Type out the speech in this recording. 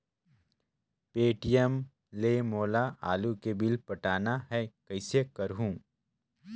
Paytm ले मोला आलू के बिल पटाना हे, कइसे करहुँ?